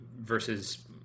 Versus